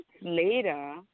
later